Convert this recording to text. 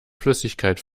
flüssigkeit